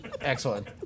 Excellent